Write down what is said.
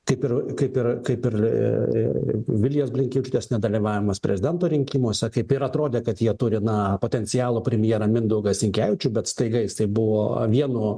kaip ir kaip ir kaip ir vilijos blinkevičiūtės nedalyvavimas prezidento rinkimuose kaip ir atrodė kad jie turi na potencialų premjerą mindaugą sinkevičių bet staiga jisai buvo vienu